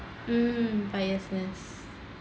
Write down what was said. um biasness